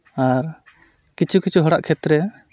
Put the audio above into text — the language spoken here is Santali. ᱟᱨ ᱠᱤᱪᱷᱩ ᱠᱤᱪᱷᱩ ᱦᱚᱲᱟᱜ ᱠᱷᱮᱛᱨᱮ